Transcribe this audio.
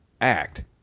act